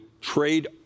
trade